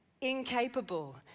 incapable